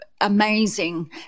amazing